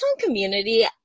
community